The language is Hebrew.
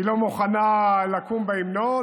היא לא מוכנה לקום בהמנון,